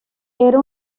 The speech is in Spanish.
era